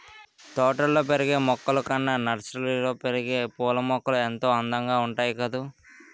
తోటల్లో పెరిగే మొక్కలు కన్నా నర్సరీలో పెరిగే పూలమొక్కలు ఎంతో అందంగా ఉంటాయి కదూ